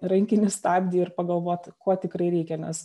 rankinį stabdį ir pagalvot ko tikrai reikia nes